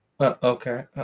Okay